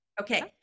okay